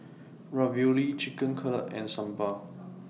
Ravioli Chicken Cutlet and Sambar